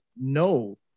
no